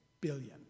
billion